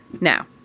Now